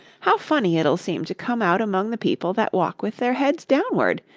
how funny it'll seem to come out among the people that walk with their heads downward!